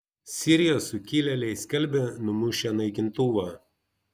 sirijos sukilėliai skelbia numušę naikintuvą